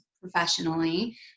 professionally